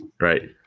Right